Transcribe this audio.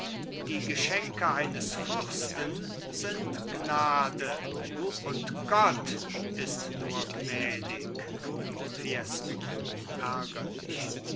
die geschenke eines fürsten sind gnade und gott ist mir gnädig fiesco ärgerlich